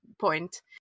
point